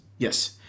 Yes